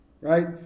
Right